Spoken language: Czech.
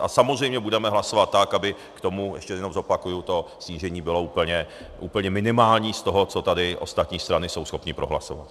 A samozřejmě budeme hlasovat tak, aby k tomu ještě jednou zopakuji to snížení bylo úplně, úplně minimální z toho, co tady ostatní strany jsou schopny prohlasovat.